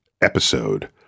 episode